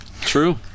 true